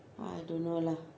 I don't know lah